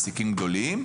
מעסיקים גדולים,